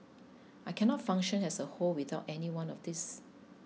I cannot function as a whole without any one of these